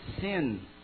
sin